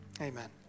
Amen